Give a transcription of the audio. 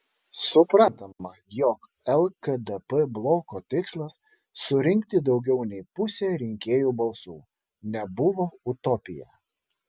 suprantama jog lkdp bloko tikslas surinkti daugiau nei pusę rinkėjų balsų nebuvo utopija